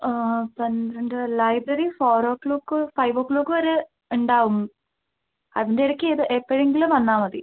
ആ പന്ത്രണ്ട് library four o'clock five o'clock വരെ ഉണ്ടാവും അതിൻ്റെ ഇടയ്ക്കിത് എപ്പോഴെങ്കിലും വന്നാൽ മതി